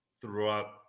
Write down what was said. throughout